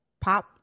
Pop